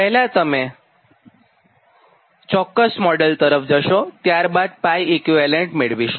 પહેલા તમે ચોક્ક્સ તરફ જશો અને ત્યારબાદ 𝜋 ઇક્વીવેલન્ટ મેળવીશું